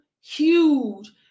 huge